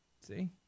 See